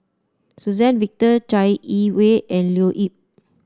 Suzann Victor Chai Yee Wei and Leo Yip